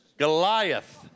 Goliath